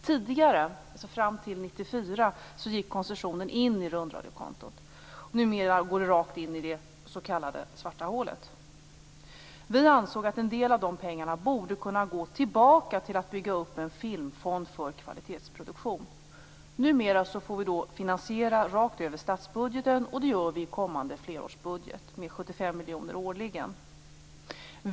Tidigare, dvs. fram till 1994, gick koncessionen in i rundradiokontot. Numera går den rakt in i det s.k. svarta hålet. Vi ansåg att en del av de pengarna borde kunna gå tillbaka till att bygga upp en filmfond för kvalitetsproduktion. Numera får vi finansiera det rakt över statsbudgeten, och det gör vi i den kommande flerårsbudgeten med 75 miljoner årligen.